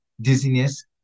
dizziness